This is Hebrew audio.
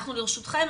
אנחנו לרשותכם,